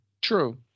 True